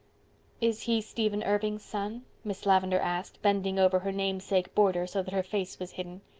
is he stephen irving's son? miss lavendar asked, bending over her namesake border so that her face was hidden.